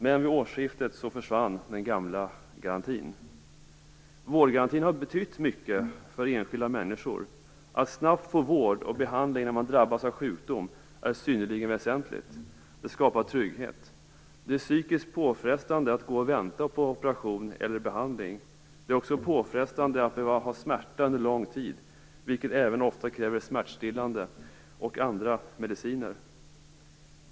Men i årsskiftet försvann den gamla garantin. Vårdgarantin har betytt mycket för enskilda människor. Att snabbt få vård och behandling när man drabbas av sjukdom är synnerligen väsentligt. Det skapar trygghet. Det är psykiskt påfrestande att gå och vänta på operation eller behandling. Det är också påfrestande att behöva ha smärta under en lång tid, vilket även ofta kräver smärtstillande - och andra - mediciner.